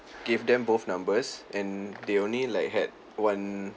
gave them both numbers and they only like had one